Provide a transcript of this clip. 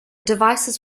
devices